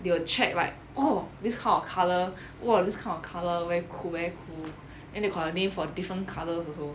they will check right oh this kind of colour !wah! this kind of colour very cool very cool then they got name for different colours also